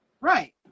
right